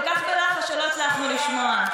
כל כך בלחש שלא הצלחנו לשמוע.